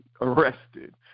arrested